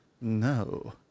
No